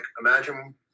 imagine